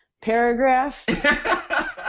paragraphs